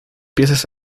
piezas